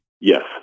Yes